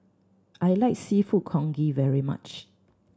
I like Seafood Congee very much